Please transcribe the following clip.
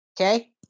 Okay